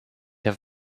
have